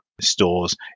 stores